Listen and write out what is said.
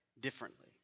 differently